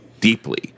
deeply